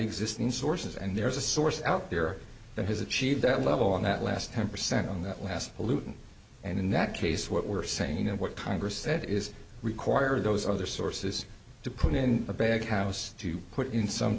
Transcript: existing sources and there's a source out there that has achieved that level on that last ten percent on that last pollutant and in that case what we're saying you know what congress said is require those other sources to put in a bag house to put in some